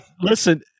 listen